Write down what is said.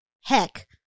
Heck